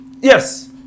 Yes